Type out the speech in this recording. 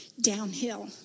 downhill